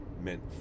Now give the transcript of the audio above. meant